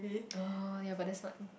oh ya but that's not